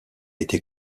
été